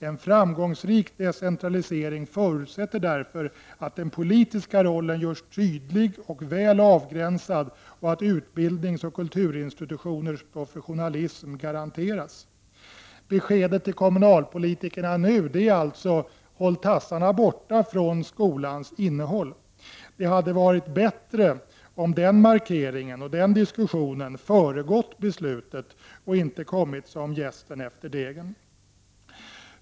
En framgångsrik decentralisering förutsätter därför att den politiska rollen görs tydlig och väl avgränsad och att utbildningsoch kulturinstitutionernas professionalism garanteras.” Beskedet till kommunalpolitikerna är nu: Håll tassarna borta från skolans innehåll! Det hade varit bättre om den markeringen och den diskussionen föregått beslutet och inte kommit som jästen efter degen.